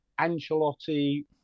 Ancelotti